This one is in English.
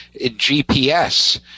GPS